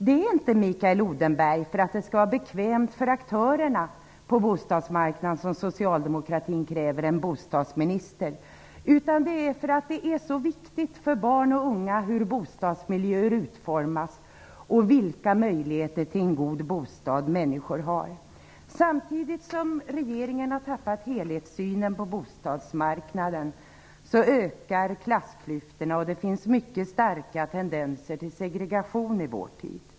Det är inte för att det skall vara bekvämt för aktörerna på bostadsmarknaden som socialdemokratin kräver en bostadsminister, Mikael Odenberg. Det är för att det är så viktigt för barn och unga hur bostadsmiljöerna utformas och för att det är viktigt vilka möjligheter till en god bostad som människor har. Samtidigt som regeringen har tappat helhetssynen på bostadsmarknaden ökar klassklyftorna. Det finns mycket starka tendenser till segregation i vår tid.